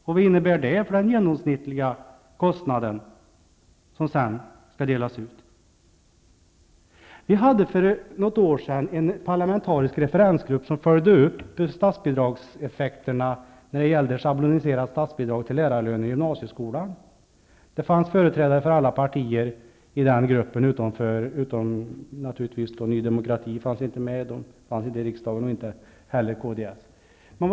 Och vad innebär detta för den genomsnittliga kostnad som sedan skall fördelas? För något år sedan hade vi en parlamentarisk referensgrupp som följde upp statsbidragseffekterna när det gällde det schablonsiserade statsbidraget till lärarlöner i fråga om gymnasieskolan. Företrädare för alla partier fanns med i den gruppen utom, naturligtvis, för Ny demokrati och kds som ju inte satt med i riksdagen.